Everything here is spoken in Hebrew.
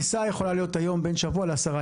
טיסה יכולה להיות היום בין שבוע לעשרה